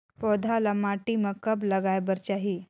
पौधा ल माटी म कब लगाए बर चाही?